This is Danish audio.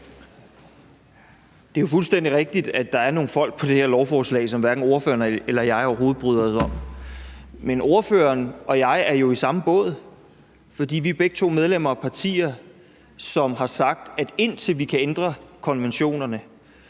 Det er jo fuldstændig rigtigt, at der er nogle folk på det her lovforslag, som hverken ordføreren eller jeg overhovedet bryder os om. Men ordføreren og jeg er jo i samme båd, for vi er begge to medlemmer af partier, som har sagt, at indtil vi kan ændre konventionerne,